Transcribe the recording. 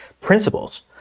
principles